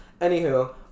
Anywho